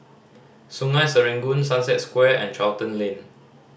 Sungei Serangoon Sunset Square and Charlton Lane